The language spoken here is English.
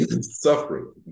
Suffering